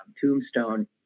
tombstone